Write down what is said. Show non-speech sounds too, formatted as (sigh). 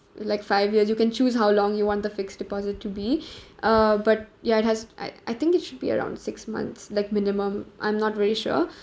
like five years you can choose how long you want the fixed deposit to be (breath) uh but ya it has I I think it should be around six months like minimum I'm not really sure